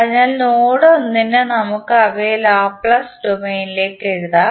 അതിനാൽ നോഡ് 1 ന് നമുക്ക് അവയെ ലാപ്ലേസ് ഡൊമെയ്നിലേക്ക് എഴുതാം